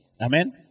Amen